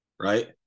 right